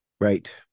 right